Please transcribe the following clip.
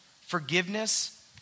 forgiveness